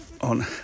on